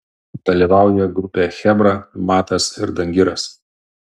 dalyvauja grupė chebra matas ir dangiras